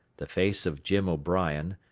the face of jim o'brien,